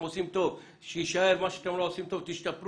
עושים טוב שיישאר ומה שאתם לא עושים טוב תשתפרו,